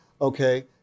okay